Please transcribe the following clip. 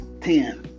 ten